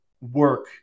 work